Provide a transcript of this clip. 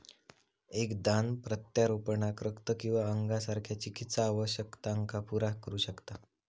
एक दान प्रत्यारोपणाक रक्त किंवा अंगासारख्या चिकित्सा आवश्यकतांका पुरा करू शकता